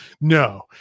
no